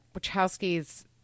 wachowski's